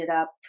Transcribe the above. up